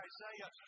Isaiah